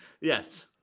Yes